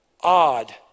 odd